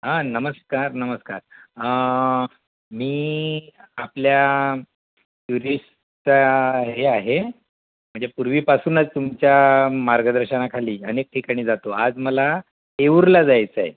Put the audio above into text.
हां नमस्कार नमस्कार मी आपल्या टुरिस्टचा हे आहे म्हणजे पूर्वीपासूनच तुमच्या मार्गदर्शनाखाली अनेक ठिकाणी जातो आज मला येऊरला जायचंय